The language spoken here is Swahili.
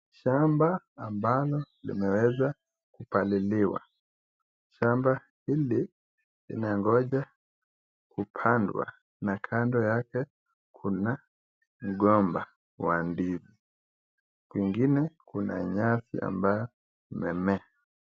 Shamba ambalo limeweza kupaliliwa . Shamba hili linangojwa kupandwa na kando yake kuna mgomba wa ndizi . Kwingine kuna nyasi ambayo imemea .